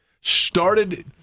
Started